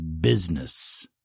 business